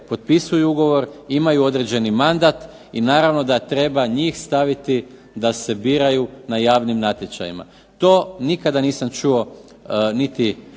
potpisuju ugovor, imaju određeni mandat i naravno da treba njih staviti da se biraju na javnim natječajima. To nikada nisam čuo niti